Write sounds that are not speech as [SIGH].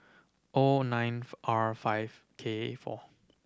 O nine [UNINTELLIGIBLE] R five K four